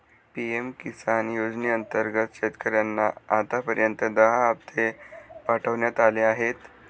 PM Kisan योजनेअंतर्गत शेतकऱ्यांना आतापर्यंत दहा हप्ते पाठवण्यात आले आहेत